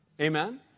Amen